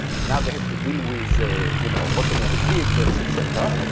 and now they have to deal with you know automated vehicles, etc.